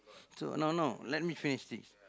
so no no let me finish this